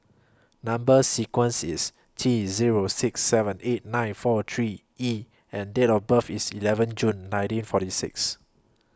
Number sequence IS T Zero six seven eight nine four three E and Date of birth IS eleven June nineteen forty six